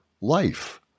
life